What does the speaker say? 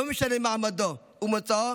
לא משנה מעמדו ומוצאו,